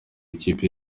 ikipe